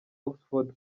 oxford